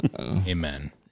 Amen